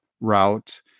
route